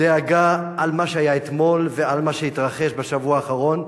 דאגה על מה שהיה אתמול ועל מה שהתרחש בשבוע האחרון.